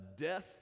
death